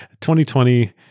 2020